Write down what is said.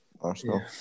Arsenal